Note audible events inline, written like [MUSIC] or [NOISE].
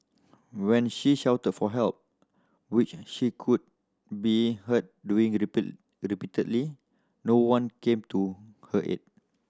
when she shouted for help which she could be heard doing [UNINTELLIGIBLE] repeatedly no one came to her aid